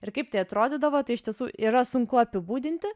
ir kaip tai atrodydavo tai iš tiesų yra sunku apibūdinti